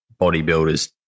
bodybuilders